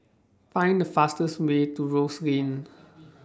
Find The fastest Way to Rose Lane